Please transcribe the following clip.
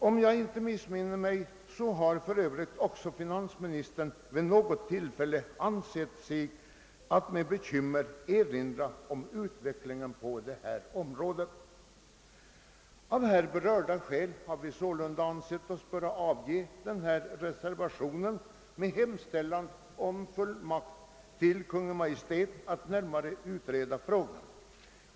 Om jag inte missminner mig har för övrigt också finansministern vid något tillfälle ansett sig med bekymmer se på utvecklingen på detta område. Av berörda skäl har vi ansett oss böra avge vår reservation med hem ställan om att Kungl. Maj:t skall närmare utreda frågan.